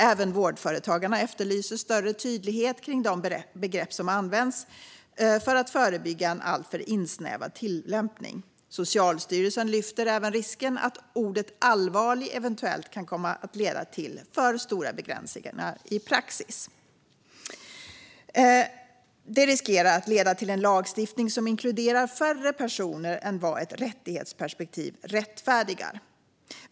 Även Vårdföretagarna efterlyser större tydlighet kring de begrepp som används för att förebygga en alltför insnävad tillämpning. Socialstyrelsen lyfter även upp risken att ordet allvarlig eventuellt kan komma att leda till för stora begränsningar i praxis. Detta riskerar att leda till en lagstiftning som inkluderar färre personer än vad ett rättighetsperspektiv rättfärdigar.